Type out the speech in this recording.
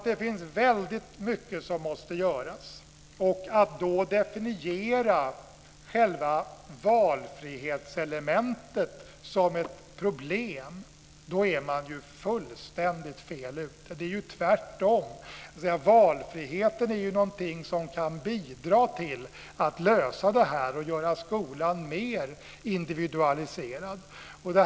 Det finns väldigt mycket som måste göras. Om man då definierar själva valfrihetselementet som ett problem är man fullständigt fel ute. Det är ju tvärtom. Valfriheten är något som kan bidra till att lösa det här och göra skolan mer individualiserad.